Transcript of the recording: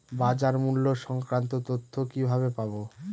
বাজার মূল্য সংক্রান্ত তথ্য কিভাবে পাবো?